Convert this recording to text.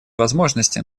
возможности